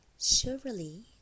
Surely